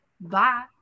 Bye